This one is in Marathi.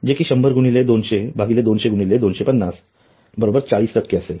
जे कि १०० गुणिले २०० भागिले २०० गुणिले २५० बरोबर ४० इतके असेल